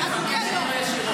תמיד, אדוני היו"ר.